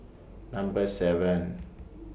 Number seven